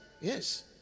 Yes